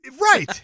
Right